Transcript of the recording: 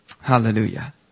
Hallelujah